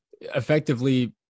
effectively